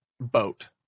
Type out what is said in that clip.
boat